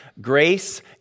grace